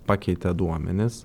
pakeitė duomenis